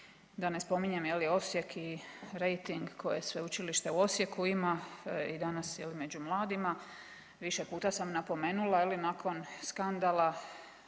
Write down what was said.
da ne spominjem je li Osijek i rejting koje Sveučilište u Osijeku ima i danas jel među mladima. Više puta sam napomenula je li nakon skandala